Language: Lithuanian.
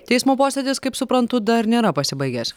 teismo posėdis kaip suprantu dar nėra pasibaigęs